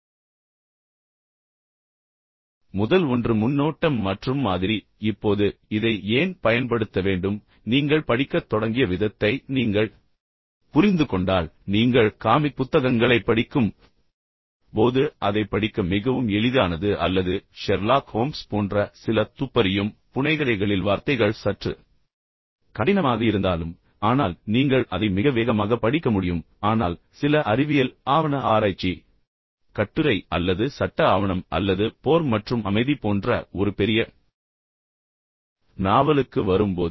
இப்போது முதல் ஒன்று முன்னோட்டம் மற்றும் மாதிரி இப்போது இதை ஏன் பயன்படுத்த வேண்டும் நீங்கள் படிக்கத் தொடங்கிய விதத்தை நீங்கள் புரிந்து கொண்டால் நீங்கள் காமிக் புத்தகங்களைப் படிக்கும்போது அதைப் படிக்க மிகவும் எளிதானது அல்லது ஷெர்லாக் ஹோம்ஸ் போன்ற சில துப்பறியும் புனைகதைகளில் வார்த்தைகள் சற்று கடினமாக இருந்தாலும் ஆனால் நீங்கள் அதை மிக வேகமாக படிக்க முடியும் ஆனால் சில அறிவியல் ஆவண ஆராய்ச்சி கட்டுரை அல்லது சட்ட ஆவணம் அல்லது போர் மற்றும் அமைதி போன்ற ஒரு பெரிய நாவலுக்கு வரும்போது